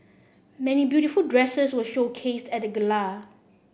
many beautiful dresses were showcased at the gala